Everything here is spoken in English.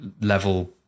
level